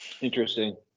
Interesting